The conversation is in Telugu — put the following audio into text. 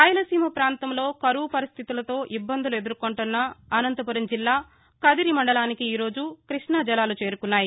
రాయలసీమ ప్రాంతంలో కరవు పరిస్టితులతో ఇబ్బందులు ఎదుర్కౌంటున్న అనంతపురం జిల్లా కదిరి మండలానికి ఈరోజు కృష్ణా జలాలు చేరుకున్నాయి